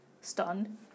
stunned